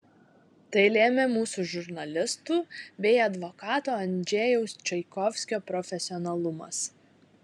tai lėmė mūsų žurnalistų bei advokato andžejaus čaikovskio profesionalumas